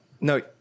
no